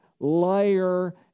liar